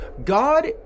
God